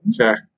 Okay